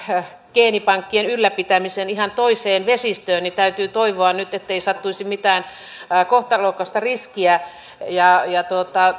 geenipankkien ylläpitämisen ihan toiseen vesistöön niin täytyy toivoa nyt ettei sattuisi mitään kohtalokasta riskiä ja ja